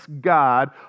God